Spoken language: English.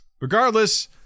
regardless